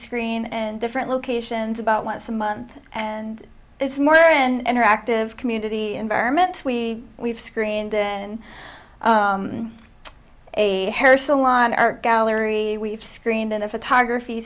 screen and different locations about once a month and it's more and are active community environment we've screened then a hair salon art gallery we've screened in a photography